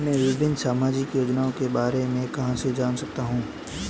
मैं विभिन्न सामाजिक योजनाओं के बारे में कहां से जान सकता हूं?